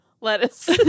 lettuce